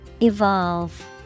Evolve